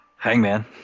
Hangman